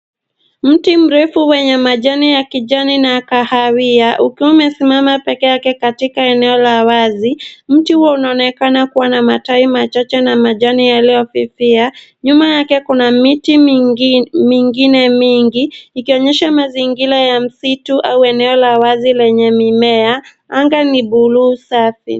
Mti mrefu wenye majani ya kijani na kahawia ukiwa umesimama peke yake katika eneo la wazi. Mti huo unaonekana kuwa na matawi machache na majani yaliyofifia. Nyuma yake kuna miti mingine mingi ikionyesha mazingira ya msitu au eneo la wazi lenye mimea. Anga ni buluu safi.